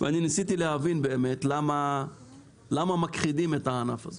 ניסיתי להבין למה מכחידים את הענף הזה.